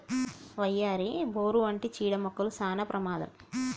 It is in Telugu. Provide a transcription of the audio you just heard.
వయ్యారి, బోరు వంటి చీడ మొక్కలు సానా ప్రమాదం